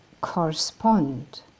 correspond